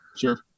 Sure